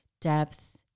depth